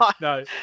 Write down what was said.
no